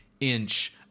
inch